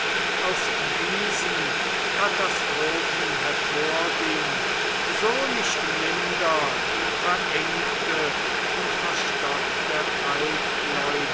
aus diesen katastrophen hervorging so nicht minder die verengte und verstockte